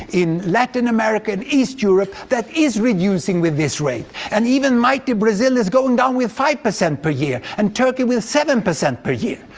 in latin america and east europe that reducing with this rate. and even mighty brazil is going down with five percent per year, and turkey with seven percent per year.